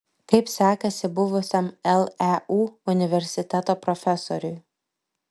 kaip sekasi buvusiam leu universiteto profesoriui